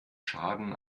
schaden